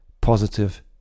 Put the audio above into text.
positive